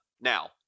now